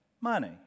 money